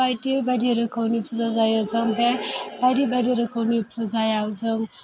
बायदि बायदि रोखोमनि पुजा जायो जों बे बायदि बायदि रोखोमनि पुजायाव जों